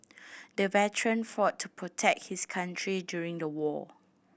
the veteran fought to protect his country during the war